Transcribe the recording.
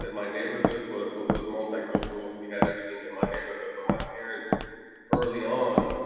and my neighborhood was was multicultural. we had everything in my neighborhood, but my parents early on